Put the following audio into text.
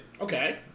Okay